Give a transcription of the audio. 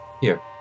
Here